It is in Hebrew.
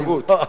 התנהגות.